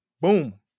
Boom